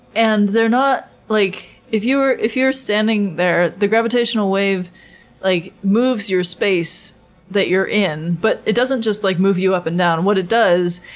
and they're not, like if you're if you're standing there, the gravitational wave like moves your space that you're in. but it doesn't just like move you up and down. what it does,